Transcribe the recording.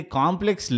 complex